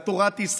על תורת ישראל,